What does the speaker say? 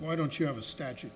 why don't you have a statue